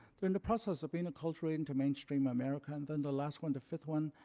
they're in the process of being acculturated into mainstream america. and then the last one, the fifth one,